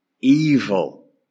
evil